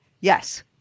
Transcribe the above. yes